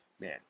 Man